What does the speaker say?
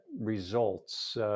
results